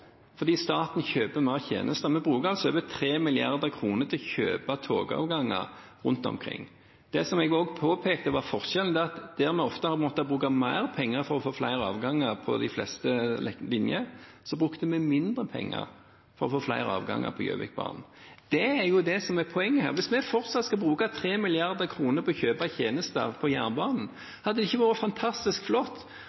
fordi staten kjøper flere tjenester. Vi bruker over 3 mrd. kr til å kjøpe togavganger rundt omkring. Det som jeg også påpekte, var forskjellen: Mens vi ofte har måttet bruke mer penger for å få flere avganger på de fleste linjer, brukte vi mindre penger på å få flere avganger på Gjøvikbanen. Det er det som er poenget her. Hvis vi fortsatt skal bruke 3 mrd. kr på å kjøpe tjenester på jernbanen,